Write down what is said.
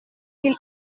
qu’il